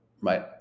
right